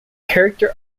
character